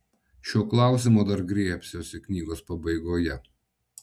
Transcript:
šio klausimo dar griebsiuosi knygos pabaigoje